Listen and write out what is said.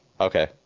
Okay